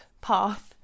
path